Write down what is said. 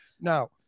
Now